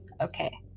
Okay